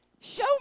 show